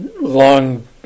long